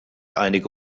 einige